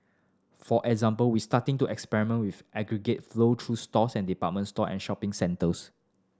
for example we starting to experiment with aggregated flow through stores and department store and shopping centres